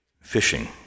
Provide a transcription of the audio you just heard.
fishing